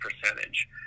percentage